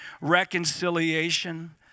reconciliation